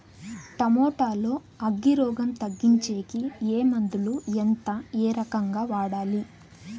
Tomato లో అగ్గి రోగం తగ్గించేకి ఏ మందులు? ఎంత? ఏ రకంగా వాడాలి?